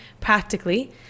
practically